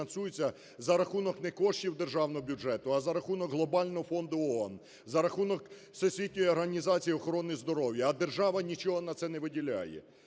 за рахунок не коштів державного бюджету, а за рахунок Глобального фонду ООН, за рахунок Всесвітньої організації охорони здоров'я, а держава нічого на це не виділяє.